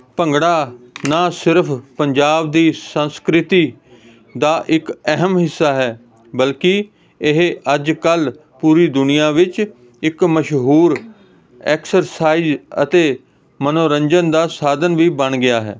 ਭੰਗੜਾ ਨਾ ਸਿਰਫ ਪੰਜਾਬ ਦੀ ਸੰਸਕ੍ਰਿਤੀ ਦਾ ਇੱਕ ਅਹਿਮ ਹਿੱਸਾ ਹੈ ਬਲਕਿ ਇਹ ਅੱਜ ਕੱਲ੍ਹ ਪੂਰੀ ਦੁਨੀਆਂ ਵਿੱਚ ਇੱਕ ਮਸ਼ਹੂਰ ਐਕਸਰਸਾਈਜ ਅਤੇ ਮਨੋਰੰਜਨ ਦਾ ਸਾਧਨ ਵੀ ਬਣ ਗਿਆ ਹੈ